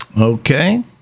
Okay